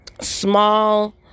small